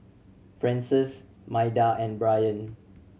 Frances Maida and Brien